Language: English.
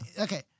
Okay